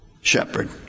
shepherd